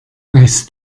weißt